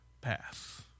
pass